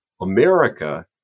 America